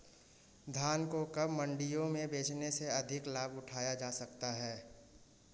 धान को कब मंडियों में बेचने से अधिक लाभ उठाया जा सकता है?